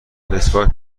مسواک